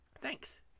Thanks